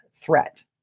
threat